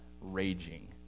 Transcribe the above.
raging